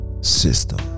system